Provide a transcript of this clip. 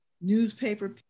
newspaper